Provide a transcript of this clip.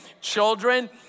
children